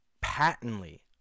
patently